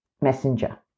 Messenger